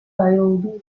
айылдын